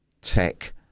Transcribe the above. tech